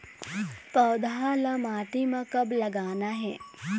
पौधा ला माटी म कब लगाना हे?